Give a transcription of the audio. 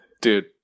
Dude